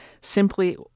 simply